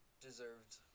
deserved